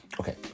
Okay